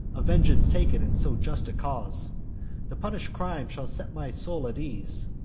of vengeance taken in so just a cause the punish'd crime shall set my soul at ease,